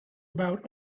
about